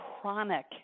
chronic